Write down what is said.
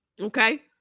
Okay